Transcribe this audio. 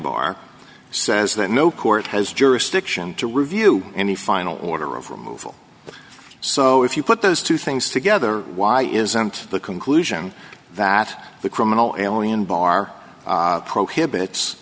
bar says that no court has jurisdiction to review any final order of removal so if you put those two things together why isn't the conclusion that the criminal alien bar prohibits